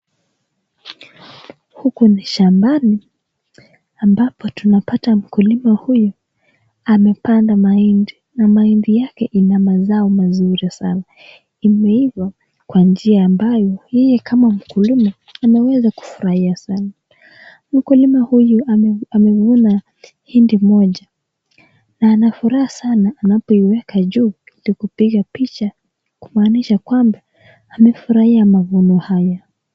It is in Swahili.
Huku ni shabani amabpo tunapata mkulima huyu amepanda mahindi, mahindi yake ina mazao mazuri sana imeiva kwa nia ambayo yeye kama mkulima, anaweza kufurahia sana mkulima huyu amevuna hindi moja, na anafuraha sana anapoiweka juu ili kupiga picha kumaanisha kwamba amefurahia mavuno haya.